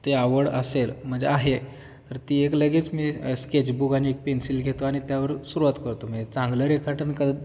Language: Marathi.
ते आवड असेल म्हणजे आहे तर ती एक लगेच मी स्केचबुक आणि एक पेन्सिल घेतो आणि त्यावर सुरुवात करतो मग जर चांगलं रेखाटन कर